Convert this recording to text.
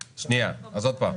שנייה, אז עוד פעם.